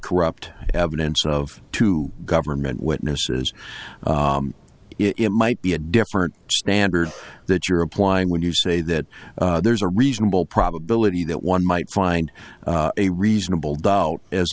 corrupt evidence of two government witnesses it might be a different standard that you're applying when you say that there's a reasonable probability that one might find a reasonable doubt as